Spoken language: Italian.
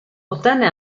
ottenne